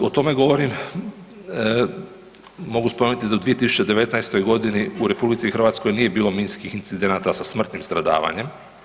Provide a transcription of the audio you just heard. Kad o tome govorim mogu spomenuti do 2019.g. u RH nije bilo minskih incidenata sa smrtnim stradavanjem.